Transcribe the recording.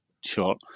short